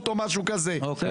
אוקיי?